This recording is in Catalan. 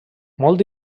molt